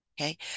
Okay